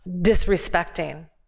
disrespecting